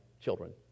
children